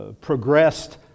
progressed